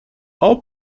all